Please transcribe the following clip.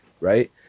Right